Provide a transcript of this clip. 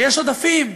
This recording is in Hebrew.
שיש עודפים,